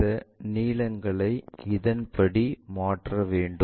இந்த இந்த நீளங்களை இதன்படி மாற்றவேண்டும்